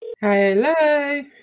hello